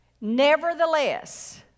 Nevertheless